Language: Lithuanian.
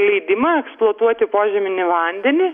leidimą eksploatuoti požeminį vandenį